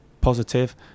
positive